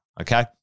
okay